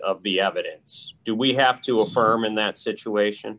of the evidence do we have to affirm in that situation